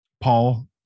Paul